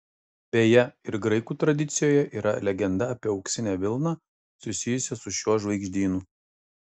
beje ir graikų tradicijoje yra legenda apie auksinę vilną susijusią su šiuo žvaigždynu